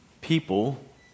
People